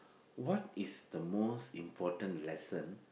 what is the most important lesson